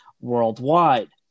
worldwide